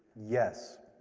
yes